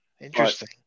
Interesting